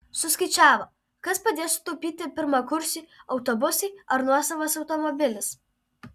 suskaičiavo kas padės sutaupyti pirmakursiui autobusai ar nuosavas automobilis